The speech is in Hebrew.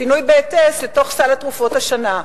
פינוי בהיטס, לתוך סל התרופות השנה.